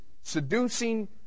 seducing